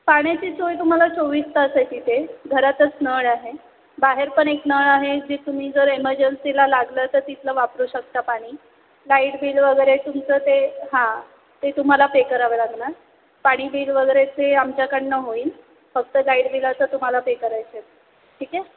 पाण्याची सोय तुम्हाला चोवीस तास आहे तिथे घरातच नळ आहे बाहेर पण एक नळ आहे जे तुम्ही जर एमर्जन्सीला लागलं तर तिथलं वापरू शकता पाणी लाईट बिल वगैरे तुमचं ते हां ते तुम्हाला पे करावे लागणार पाणी बिल वगैरे ते आमच्याकडनं होईल फक्त लाईट बिलाचं तुम्हाला पे करायचं आहे ठीक आहे